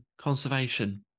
conservation